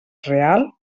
real